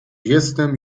jestem